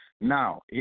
Now